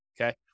okay